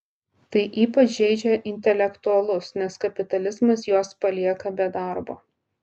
tai ypač žeidžia intelektualus nes kapitalizmas juos palieka be darbo